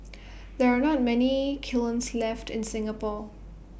there are not many kilns left in Singapore